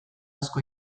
asko